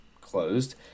closed